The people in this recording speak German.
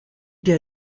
der